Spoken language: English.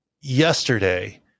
yesterday